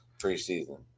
preseason